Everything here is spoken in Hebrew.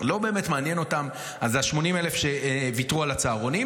לא באמת מעניין אותם ה-80,000 שוויתרו על הצהרונים.